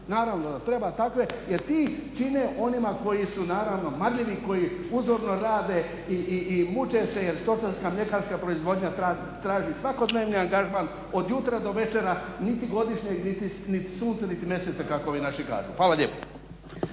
Naravno da treba takve jer ti čine onima koji su naravno marljivi, koji uzorno rade i muče se jer stočarska, mljekarska proizvodnja traži svakodnevni angažman od jutra do večera niti godišnjeg niti sunca niti mjeseca kako ovi našu kažu. Hvala lijepo.